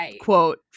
quote